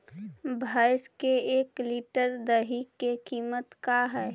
भैंस के एक लीटर दही के कीमत का है?